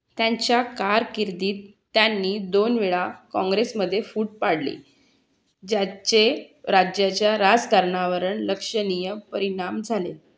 त्यांच्या कारकिर्दीत त्यांनी दोनवेळा काँग्रेसमध्ये फूट पाडली ज्याचे राज्याच्या राजकारणावर लक्षणीय परिणाम झाले